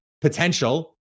potential